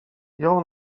jął